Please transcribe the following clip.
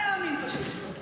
פשוט לא להאמין.